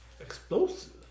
Explosive